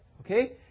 okay